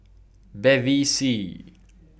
Bevy C